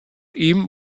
ihm